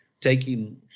taking